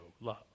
love